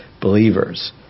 believers